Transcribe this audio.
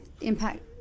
Impact